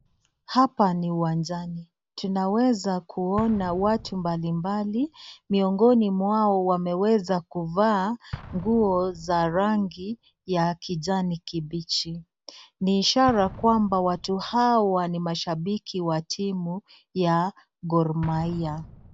Hapa ni uwanjani. Tunaweza kuona watu mbalimbali, miongoni mwao wameweza kuvaa nguo za rangi ya kijani kibichi, ni ishara kwamba watu hawa ni mashabiki wa timu ya (cs)Gor Mahia(cs).